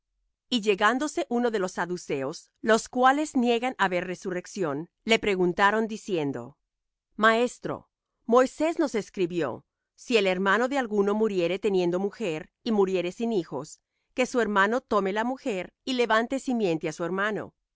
y llegándose unos de los saduceos los cuales niegan haber resurrección le preguntaron diciendo maestro moisés nos escribió si el hermano de alguno muriere teniendo mujer y muriere sin hijos que su hermano tome la mujer y levante simiente á su hermano